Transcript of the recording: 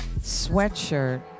sweatshirt